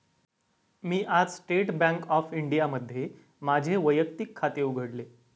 मी आज state bank of इंडियामध्ये माझे वैयक्तिक खाते उघडले